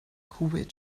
kuwait